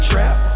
Trap